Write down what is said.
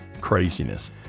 craziness